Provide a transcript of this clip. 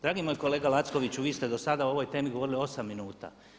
Dragi moj kolega Lackoviću vi ste do sada o ovoj temi govorili 8 minuta.